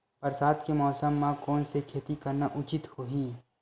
बरसात के मौसम म कोन से खेती करना उचित होही?